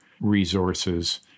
resources